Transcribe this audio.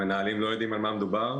המנהלים לא יודעים על מה מדובר.